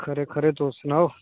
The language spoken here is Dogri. खरे खरे तुस सनाओ